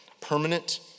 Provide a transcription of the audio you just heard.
permanent